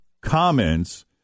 comments